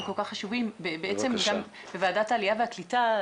כל כך חשובים ובעצם בוועדת העלייה והקליטה,